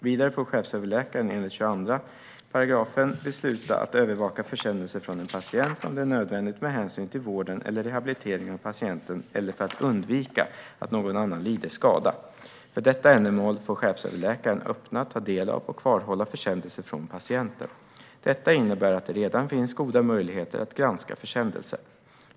Vidare får chefsöverläkaren enligt 22 a § besluta att övervaka försändelser från en patient om det är nödvändigt med hänsyn till vården eller rehabiliteringen av patienten eller för att undvika att någon annan lider skada. För detta ändamål får chefsöverläkaren öppna, ta del av och kvarhålla försändelser till patienten. Detta innebär att det redan finns goda möjligheter att granska försändelser.